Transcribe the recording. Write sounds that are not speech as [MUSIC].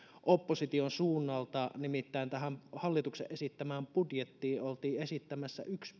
opposition suunnalta nimittäin tähän hallituksen esittämään budjettiin oltiin esittämässä yksi [UNINTELLIGIBLE]